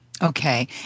Okay